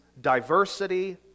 diversity